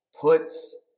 puts